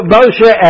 Moshe